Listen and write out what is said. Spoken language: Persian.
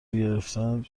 گرفتن